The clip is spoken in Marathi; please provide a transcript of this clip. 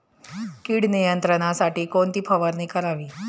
कीड नियंत्रणासाठी कोणती फवारणी करावी?